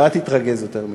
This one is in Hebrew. אבל אל תתרגז יותר מדי.